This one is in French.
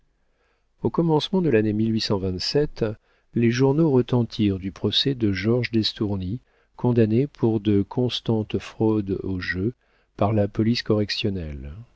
au commencement de l'année les journaux retentirent du procès de georges d'estourny condamné pour de constantes fraudes au jeu par la police correctionnelle